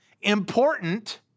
important